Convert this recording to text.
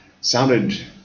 sounded